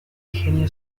genio